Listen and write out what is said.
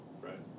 right